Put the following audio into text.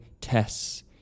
tests